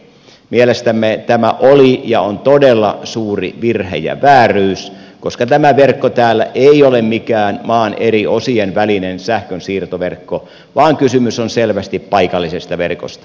mielestämme tämä oli ja on todella suuri virhe ja vääryys koska tämä verkko täällä ei ole mikään maan eri osien välinen sähkönsiirtoverkko vaan kysymys on selvästi paikallisesta verkosta